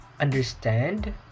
understand